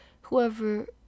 Whoever